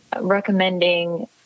recommending